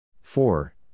four